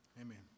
Amen